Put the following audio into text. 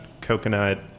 coconut